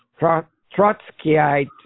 Trotskyite